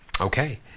Okay